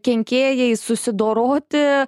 kenkėjais susidoroti